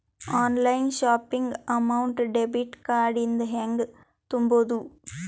Online shopping amount debit card ಇಂದ ಹೆಂಗ್ ತುಂಬೊದು?